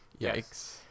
Yikes